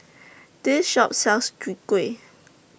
This Shop sells Chwee Kueh